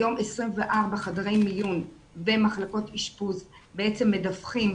היום 24 חדרי מיון ומחלקות אשפוז בעצם מדווחים